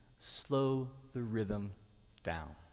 slow the rhythm down.